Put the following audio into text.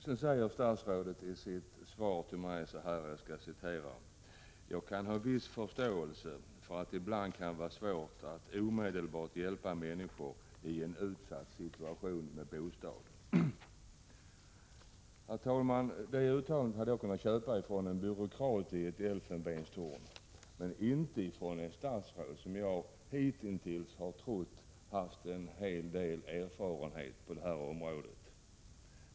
Sedan säger statsrådet i sitt svar till mig: ”Jag kan ha viss förståelse för att det ibland kan vara svårt att omedelbart hjälpa människor i en utsatt situation med en bostad.” Herr talman! Det uttalandet hade jag kunnat vänta mig från en byråkrat i ett elfenbenstorn, men inte från ett statsråd som jag hitintills trott hade en hel del erfarenhet på det här området.